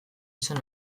izan